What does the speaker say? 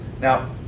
Now